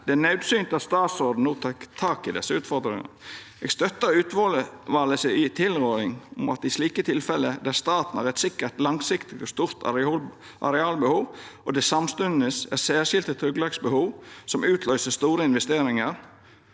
Det er naudsynt at statsråden no tek tak i desse utfordringane. Eg støttar utvalet si tilråding om at i tilfelle der staten har eit sikkert, langsiktig og stort arealbehov og det samstundes er særskilde tryggleiksbehov som utløyser store investeringar,